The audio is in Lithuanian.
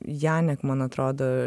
janik man atrodo